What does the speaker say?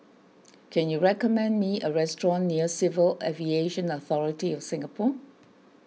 can you recommend me a restaurant near Civil Aviation Authority of Singapore